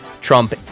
trump